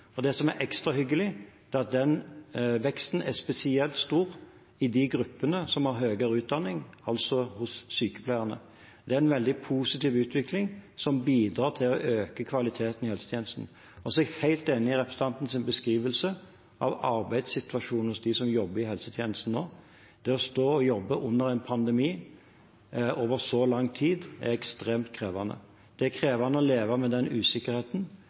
Det som er ekstra hyggelig, er at den veksten er spesielt stor i de gruppene som har høyere utdanning, altså sykepleierne. Det er en veldig positiv utvikling, som bidrar til å øke kvaliteten i helsetjenesten. Jeg er helt enig i representantens beskrivelse av arbeidssituasjonen for dem som jobber i helsetjenesten nå. Det å stå og jobbe under en pandemi over så lang tid er ekstremt krevende. Det er krevende å leve med den usikkerheten,